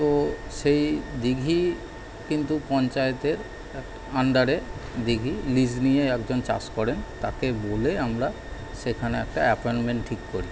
তো সেই দিঘির কিন্তু পঞ্চায়েতের আন্ডারে দিঘি লিজ নিয়ে একজন চাষ করেন তাকে বলে আমরা সেখানে একটা অ্যাপয়েনমেন্ট ঠিক করি